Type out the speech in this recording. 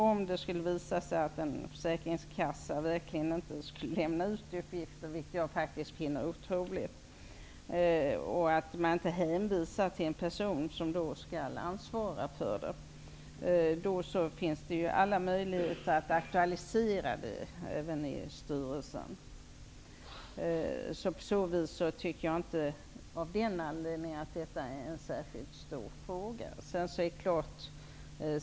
Om det skulle visa sig att en försäkringskassa verkligen inte skulle lämna ut uppgifter, vilket jag faktiskt finner otroligt, och att man inte hänvisar till en person som ansvarar för det, finns det alla möjligheter att aktualisera ärendet även i styrelsen. Jag tycker av den anledningen inte att detta är en särskilt stor fråga.